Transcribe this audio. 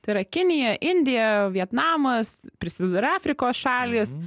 tai yra kinija indija vietnamas prisideda ir afrikos šalys